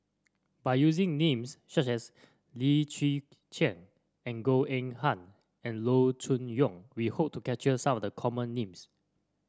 by using names such as Lim Chwee Chian and Goh Eng Han and Loo Choon Yong we hope to capture some of the common names